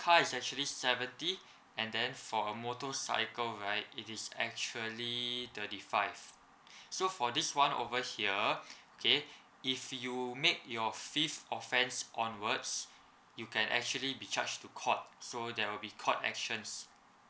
car is actually seventy and then for a motorcycle right it is actually thirty five so for this one over here okay if you make your fifth offence onwards you can actually be charged to court so there will be court actions